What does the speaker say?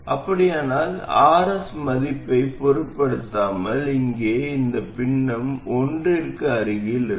அப்படியானால் Rs மதிப்பைப் பொருட்படுத்தாமல் இங்கே இந்த பின்னம் ஒன்றிற்கு அருகில் இருக்கும்